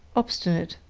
obstinate,